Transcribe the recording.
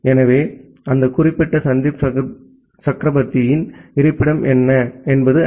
எனவே அந்த குறிப்பிட்ட சந்தீப் சக்ரவர்த்தியின் இருப்பிடம் என்ன என்பது ஐ